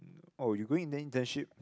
oh you going internship